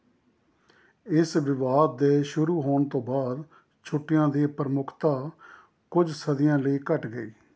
ਇਸ ਵਿਵਾਦ ਦੇ ਸ਼ੁਰੂ ਹੋਣ ਤੋਂ ਬਾਅਦ ਛੁੱਟੀਆਂ ਦੀ ਪ੍ਰਮੁੱਖਤਾ ਕੁਝ ਸਦੀਆਂ ਲਈ ਘੱਟ ਗਈ